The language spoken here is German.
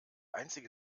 einzige